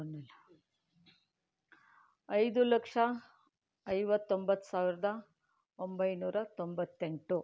ಬಂದಿಲ್ಲ ಹ್ಞೂ ಐದು ಲಕ್ಷ ಐವತ್ತೊಂಬತ್ತು ಸಾವಿರದ ಒಂಬೈನೂರ ತೊಂಬತ್ತೆಂಟು